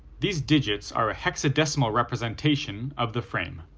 these digits are a hexadecimal representation of the frame.